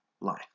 life